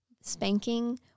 Spanking